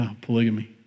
Polygamy